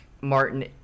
Martin